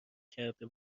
کرده